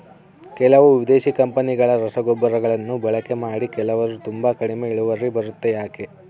ಕೆಲವು ವಿದೇಶಿ ಕಂಪನಿಗಳ ರಸಗೊಬ್ಬರಗಳನ್ನು ಬಳಕೆ ಮಾಡಿ ಕೆಲವರು ತುಂಬಾ ಕಡಿಮೆ ಇಳುವರಿ ಬರುತ್ತೆ ಯಾಕೆ?